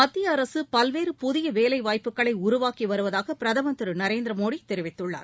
மத்திய அரசு பல்வேறு புதிய வேலைவாய்ப்புகளை உருவாக்கி வருவதாக பிரதமா் திரு நரேந்திர மோடி தெரிவித்துள்ளார்